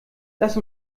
lass